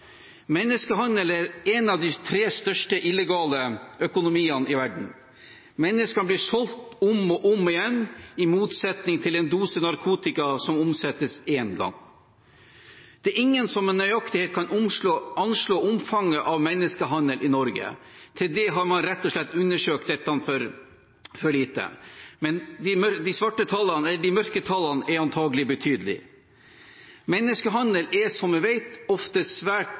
Menneskehandel er en av de tre største illegale økonomiene i verden. Mennesker blir solgt om og om igjen, i motsetning til en dose narkotika som omsettes én gang. Det er ingen som med nøyaktighet kan anslå omfanget av menneskehandel i Norge. Til det har man rett og slett undersøkt dette for lite. Men mørketallene er antagelig betydelige. Menneskehandel utføres som man vet, svært ofte i sammenheng med organisert kriminalitet. I det alt vesentlige er